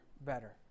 better